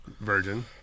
Virgin